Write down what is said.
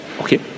okay